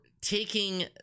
taking